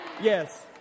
Yes